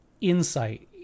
insight